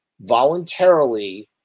voluntarily